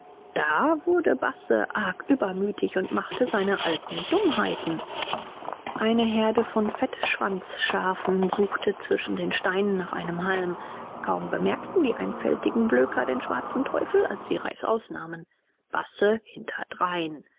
da wurde basse arg übermütig und machte seine alten dummheiten eine herde von fettschwanzschafen suchte zwischen den steinen nach einem halm kaum bemerkten die einfältigen blöker den schwarzen teufel als sie reißaus nahmen basse hinterdrein